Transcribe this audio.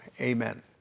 amen